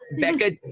Becca